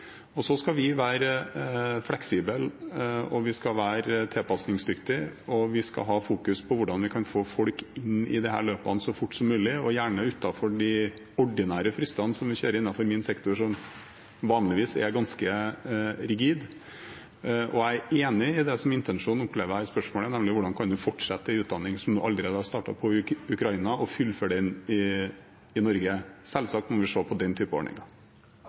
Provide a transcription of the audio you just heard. Så skal vi være fleksibel, og vi skal være tilpasningsdyktig. Vi skal ha fokus på hvordan vi kan få folk inn i disse løpene så fort som mulig, gjerne utenfor de ordinære fristene som vi kjører innenfor min sektor, som vanligvis er ganske rigid. Jeg er enig i det som er intensjonen i spørsmålet, slik jeg opplever det, nemlig: Hvordan kan en fortsette en utdanning som en allerede har startet på i Ukraina, og fullføre den i Norge? Selvsagt må vi se på den type ordninger.